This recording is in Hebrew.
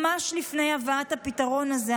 ממש לפני הבאת הפתרון הזה,